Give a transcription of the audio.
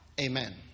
Amen